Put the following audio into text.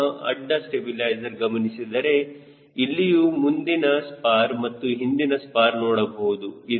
ಪುನಹ ಅಡ್ಡ ಸ್ಟಬಿಲೈಜರ್ ಗಮನಿಸಿದರೆ ಇಲ್ಲಿಯೂ ಮುಂದಿನ ಸ್ಪಾರ್ ಮತ್ತು ಹಿಂದಿನ ಸ್ಪಾರ್ ನೋಡಬಹುದು